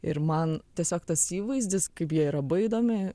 ir man tiesiog tas įvaizdis kaip jie yra baidomi